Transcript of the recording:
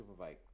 Superbike